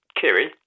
Kiri